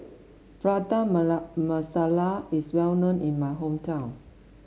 Prata Masala is well known in my hometown